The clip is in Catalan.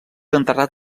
enterrat